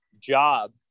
job